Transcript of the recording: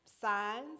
signs